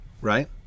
right